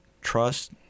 trust